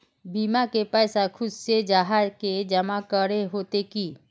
बीमा के पैसा खुद से जाहा के जमा करे होते की?